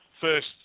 first